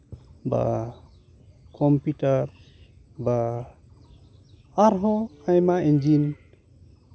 ᱵᱟ ᱠᱚᱢᱯᱤᱭᱩᱴᱟᱨ ᱵᱟ ᱟᱨᱦᱚᱸ ᱟᱭᱢᱟ ᱤᱧᱡᱤᱱ